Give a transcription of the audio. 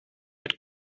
mit